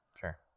Sure